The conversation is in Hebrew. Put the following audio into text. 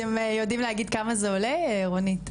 אתם יודעים להגיד כמה זה עולה, רונית?